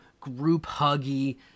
group-huggy